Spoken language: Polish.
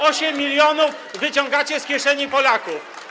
8 mln wyciągacie z kieszeni Polaków.